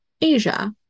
Asia